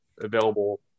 available